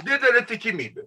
didelė tikimybė